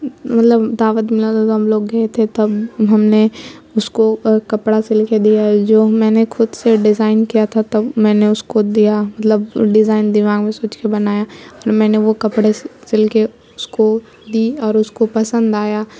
مطلب دعوت ملا ہم لوگ گئے تھے تب ہم نے اس کو کپڑا سل کے دیا جو میں نے خود سے ڈیزائن کیا تھا تب میں نے اس کو دیا مطلب ڈیزائن دماغ میں سوچ کے بنایا اور میں نے وہ کپڑے سل کے اس کو دی اور اس کو پسند آیا